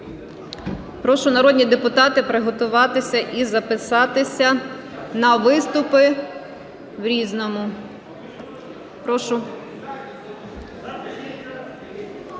Прошу, народні депутати, приготуватися і записатися на виступи в "Різному". Прошу